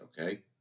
okay